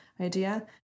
idea